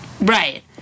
Right